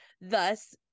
thus